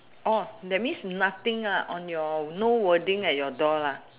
oh that means nothing ah on your no wording at your door lah